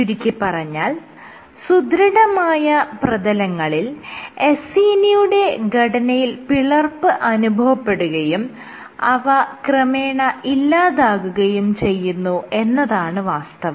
ചുരുക്കിപ്പറഞ്ഞാൽ സുദൃഢമായ പ്രതങ്ങളിൽ അസീനിയുടെ ഘടനയിൽ പിളർപ്പ് അനുഭവപ്പെടുകയും അവ ക്രമേണ ഇല്ലാതാകുകയും ചെയ്യുന്നു എന്നതാണ് വാസ്തവം